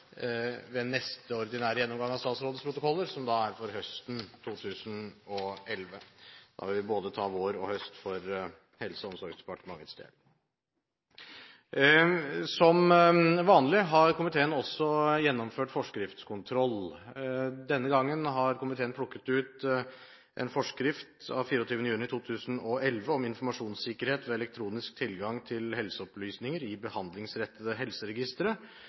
ved neste ordinære gjennomgang av statsrådets protokoller, som er for høsten 2011. Da vil vi både ta vår og høst for Helse- og omsorgsdepartementets del. Som vanlig har komiteen også gjennomført forskriftskontroll. Denne gangen har komiteen plukket ut en forskrift av 24. juni 2011 om informasjonssikkerhet ved elektronisk tilgang til helseopplysninger i behandlingsrettede helseregistre,